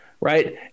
Right